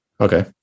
Okay